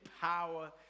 power